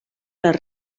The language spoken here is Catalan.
les